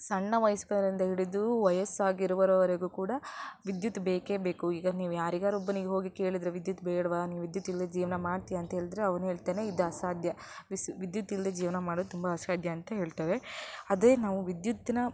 ಸಣ್ಣ ವಯಸ್ಕರಿಂದ ಹಿಡಿದು ವಯಸ್ಸಾಗಿರುವವರಿಗೂ ಕೂಡ ವಿದ್ಯುತ್ ಬೇಕೇ ಬೇಕು ಈಗ ನೀವು ಯಾರಿಗಾದ್ರೂ ಒಬ್ಬನಿಗೆ ಹೋಗಿ ಕೇಳಿದರೆ ವಿದ್ಯುತ್ ಬೇಡವಾ ನೀನು ವಿದ್ಯುತ್ತಿಲ್ಲದೇ ಜೀವನ ಮಾಡ್ತಿಯಾ ಅಂತ್ಹೇಳದ್ರೆ ಅವನು ಹೇಳ್ತಾನೆ ಇದು ಅಸಾಧ್ಯ ವಿಸ್ ವಿದ್ಯುತ್ತಿಲ್ಲದೇ ಜೀವನ ಮಾಡೋದು ತುಂಬ ಅಸಾಧ್ಯ ಅಂತ ಹೇಳ್ತೇವೆ ಅದೇ ನಾವು ವಿದ್ಯುತ್ತಿನ